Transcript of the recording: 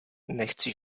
nechci